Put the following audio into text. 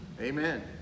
Amen